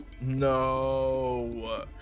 No